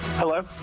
Hello